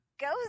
goes